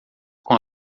com